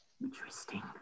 Interesting